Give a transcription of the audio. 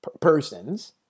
persons